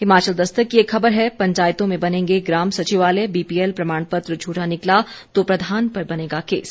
हिमाचल दस्तक की एक खबर है पंचायतों में बनेंगे ग्राम सचिवालय बीपीएल प्रमाण पत्र झूठा निकला तो प्रधान पर बनेगा केस